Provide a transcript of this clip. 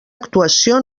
actuació